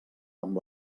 amb